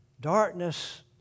Darkness